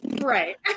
right